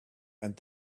and